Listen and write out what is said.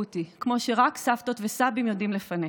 אותי כמו שרק סבתות וסבים יודעים לפנק.